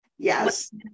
Yes